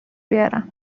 بیارم